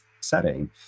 setting